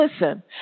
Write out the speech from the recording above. Listen